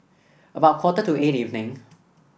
about quarter to eight evening